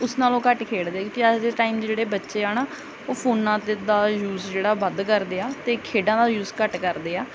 ਉਸ ਨਾਲੋਂ ਘੱਟ ਖੇਡਦੇ ਕਿਉਂਕਿ ਅੱਜ ਦੇ ਟਾਈਮ 'ਚ ਜਿਹੜੇ ਬੱਚੇ ਆ ਨਾ ਉਹ ਫੋਨਾਂ ਦਾ ਯੂਜ ਜਿਹੜਾ ਵੱਧ ਕਰਦੇ ਆ ਅਤੇ ਖੇਡਾਂ ਦਾ ਯੂਜ ਘੱਟ ਕਰਦੇ ਆ